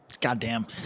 goddamn